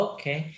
Okay